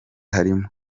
harimo